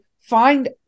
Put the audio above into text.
find